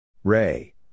Ray